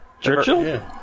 Churchill